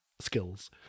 skills